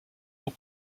aux